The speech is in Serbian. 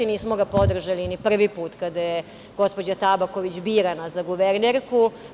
Nismo ga podržali ni prvi put kada je gospođa Tabaković birana za guvernerku.